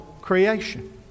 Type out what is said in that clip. creation